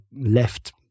left